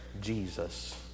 Jesus